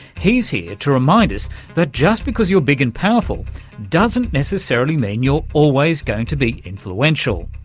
he's here to remind us that just because you're big and powerful doesn't necessarily mean you're always going to be influential.